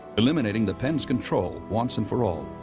eliminating the penn's control once and for all.